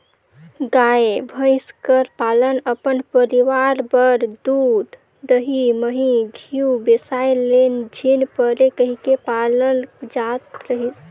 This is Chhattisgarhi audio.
गाय, भंइस कर पालन अपन परिवार बर दूद, दही, मही, घींव बेसाए ले झिन परे कहिके पालल जात रहिस